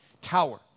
tower